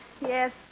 Yes